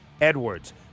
Edwards